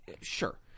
Sure